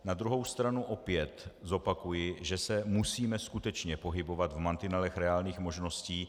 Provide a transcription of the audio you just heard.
Na druhou stranu opět zopakuji, že se musíme skutečně pohybovat v mantinelech reálných možností.